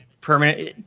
permanent